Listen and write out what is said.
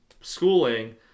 schooling